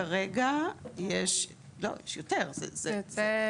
כרגע יש יותר, 200 ומשהו.